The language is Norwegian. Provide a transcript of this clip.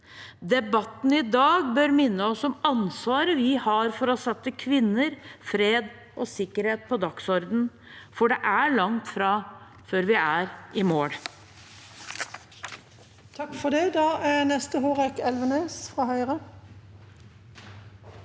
Debatten i dag bør minne oss om ansvaret vi har for å sette kvinner, fred og sikkerhet på dagsordenen, for vi er langt fra å være i mål.